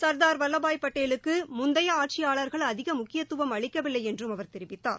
சர்தார் வல்லபாய் பட்டேலுக்கு முந்தைய ஆட்சியாளர்கள் அதிக முக்கியத்துவம் அளிக்கவில்லை என்றும் அவர் தெரிவித்தார்